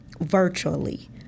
virtually